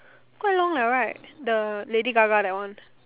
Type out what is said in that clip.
quite long liao right the lady Gaga that one